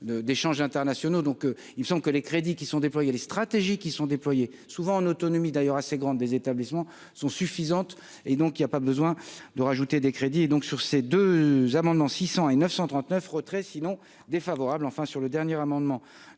d'échanges internationaux, donc ils ne sont que les crédits qui sont déployés les stratégies qui sont déployés, souvent en autonomie d'ailleurs assez grande des établissements sont suffisantes et donc il y a pas besoin de rajouter des crédits, donc sur ces deux amendements 600 et 900 39 retrait sinon défavorable, enfin, sur le dernier amendement